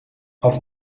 auf